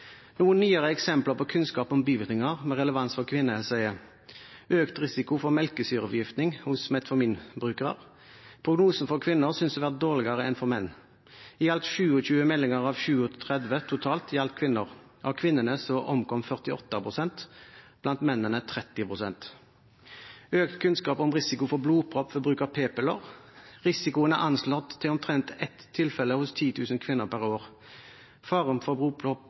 Noen nyere eksempler på kunnskap om bivirkninger med relevans for kvinnehelse: Det er økt risiko for melkesyreforgiftning hos metformin-brukere, prognosen for kvinner synes å være dårligere enn for menn. I alt 27 meldinger av 37 totalt gjaldt kvinner. Av kvinnene omkom 48 pst., av mennene 30 pst. Det er økt kunnskap om risiko for blodpropp ved bruk av p-piller, risikoen er anslått til omtrent ett tilfelle hos 10 000 kvinner per år. Faren for